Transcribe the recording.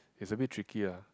it's a bit tricky ah